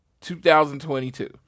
2022